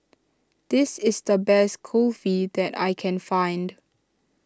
this is the best Kulfi that I can find